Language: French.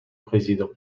président